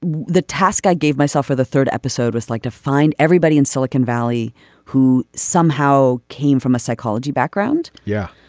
the the task i gave myself for the third episode was like to find everybody in silicon valley who somehow came from a psychology background. yeah.